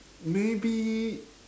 maybe